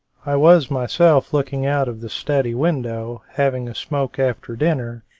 i was myself looking out of the study window, having a smoke after dinner,